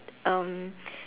um